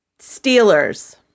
Steelers